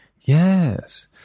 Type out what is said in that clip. yes